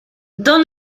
dans